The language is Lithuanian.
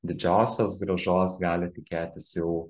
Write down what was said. didžiosios grąžos galit tikėtis jau